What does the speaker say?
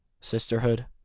sisterhood